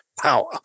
power